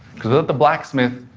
because without the blacksmith,